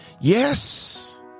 Yes